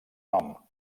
nom